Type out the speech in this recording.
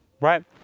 right